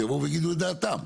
שיבואו ויגידו את דעתם.